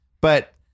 but-